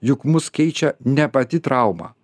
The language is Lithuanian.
juk mus keičia ne pati trauma